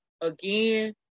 again